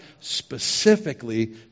specifically